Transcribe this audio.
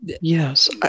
Yes